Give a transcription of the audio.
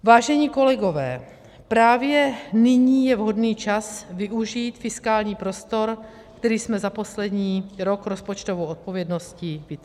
Vážení kolegové, právě nyní je vhodný čas využít fiskální prostor, který jsme za poslední rok rozpočtovou odpovědností vytvořili.